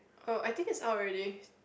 oh I think is out already